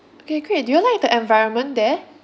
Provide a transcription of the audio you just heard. okay great do you all like the environment there